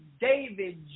David